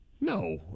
No